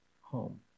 home